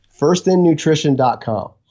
Firstinnutrition.com